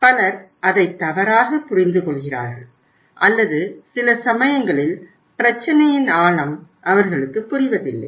பலர் அதை தவறாக புரிந்துகொள்கிறார்கள் அல்லது சில சமயங்களில் பிரச்சினையின் ஆழம் அவர்களுக்கு புரிவதில்லை